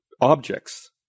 objects